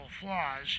flaws